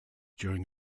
during